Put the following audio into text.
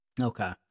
Okay